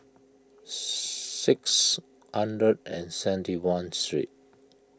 six under and seven one three